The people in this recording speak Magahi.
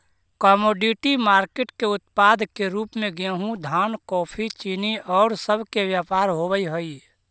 कमोडिटी मार्केट के उत्पाद के रूप में गेहूं धान कॉफी चीनी औउर सब के व्यापार होवऽ हई